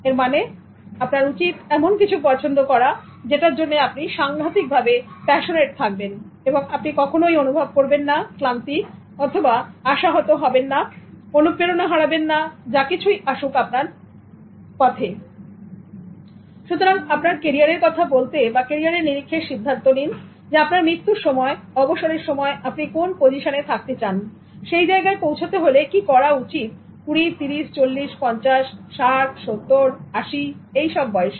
এর মানে আপনার উচিত এমন কিছু পছন্দ করা যেটার জন্য আপনি সাংঘাতিকভাবে প্যাশনেট থাকবেন এবং আপনি কখনোই অনুভব করবেন না ক্লান্তি অথবা আশাহত হবেন না অনুপ্রেরণা হারাবেন না যা কিছু আসুক আপনার পথে সুতরাং আপনার ক্যারিয়ারের কথা বলতে বা ক্যারিয়ারের নিরিখে সিদ্ধান্ত নিন আপনার মৃত্যুর সময় অবসরের সময় আপনি কোন পজিশনে থাকতে চান সেই জায়গায় পৌঁছাতে হলে কি করা উচিত 20 30 40 50 60 70 80 এই বয়সে